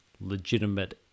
legitimate